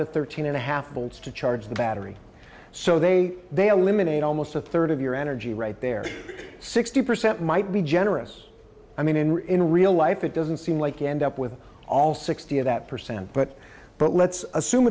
to thirteen and a half miles to charge the battery so they they eliminate almost a third of your energy right there sixty percent might be generous i mean in in real life it doesn't seem like you end up with all sixty of that percent but but let's assume